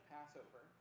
Passover